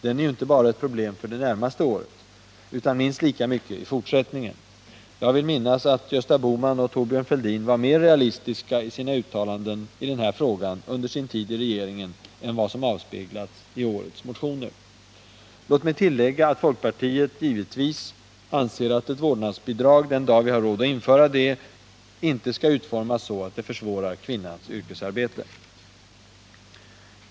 Den är ju inte ett problem bara för det närmaste året utan minst lika mycket i fortsättningen. Jag vill minnas att Gösta Bohman och Thorbjörn Fälldin var mer realistiska i sina uttalanden i den här frågan under sin tid i regeringen än vad som avspeglas i årets motioner. Låt mig tillägga att folkpartiet givetvis anser att ett vårdnadsbidrag — den dag vi har råd att införa det — inte skall utformas så att det försvårar kvinnornas yrkesarbete.